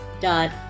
dot